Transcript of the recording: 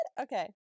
Okay